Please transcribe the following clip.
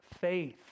faith